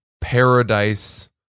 paradise